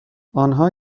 آنها